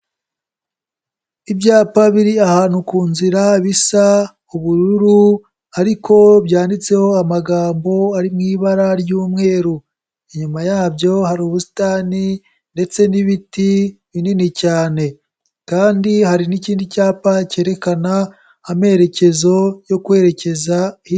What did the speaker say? Ibyapa biri ahantu ku nzira bisa ubururu ariko byanditseho amagambo ari mu ibara ry'umweru, inyuma yabyo hari ubusitani ndetse n'ibiti binini cyane kandi hari n'ikindi cyapa cyerekana amerekezo yo kwerekeza.